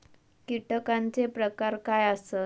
कीटकांचे प्रकार काय आसत?